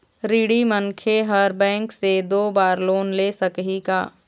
ऋणी मनखे हर बैंक से दो बार लोन ले सकही का?